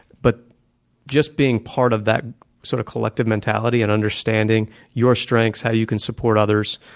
but just being part of that sort of collective mentality and understanding your strengths, how you can support others.